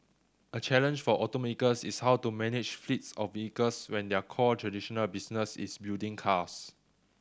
a challenge for automakers is how to manage fleets of vehicles when their core traditional business is building cars